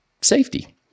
safety